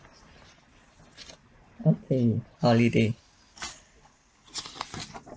okay holiday